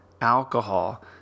alcohol